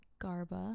garba